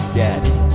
daddy